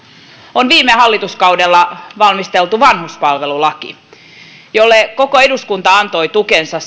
on viime hallituskaudella valmisteltu vanhuspalvelulaki jonka peruslinjauksille koko eduskunta antoi tukensa